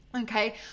okay